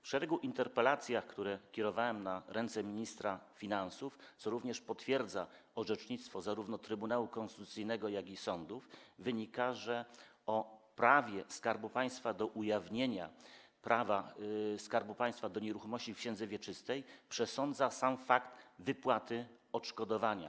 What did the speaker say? Z szeregu interpelacji, które kierowałem na ręce ministra finansów, a potwierdza to również orzecznictwo zarówno Trybunału Konstytucyjnego, jak i sądów, wynika, że o prawie Skarbu Państwa do ujawnienia prawa Skarbu Państwa do nieruchomości w księdze wieczystej przesądza sam fakt wypłaty odszkodowania.